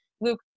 luke